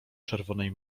czerwonej